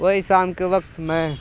वही शाम के वक्त मैं